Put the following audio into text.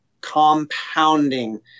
compounding